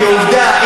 כעובדה,